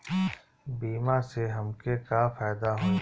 बीमा से हमके का फायदा होई?